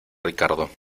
ricardo